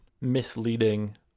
misleading